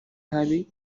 habi